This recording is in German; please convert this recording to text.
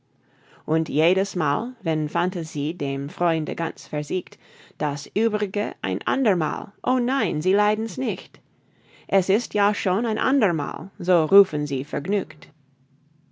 und jedes mal wenn fantasie dem freunde ganz versiegt das uebrige ein ander mal o nein sie leiden's nicht es ist ja schon ein ander mal so rufen sie vergnügt